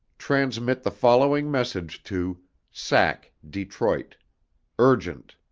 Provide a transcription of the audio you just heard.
transmit the following message to sac, detroit urgent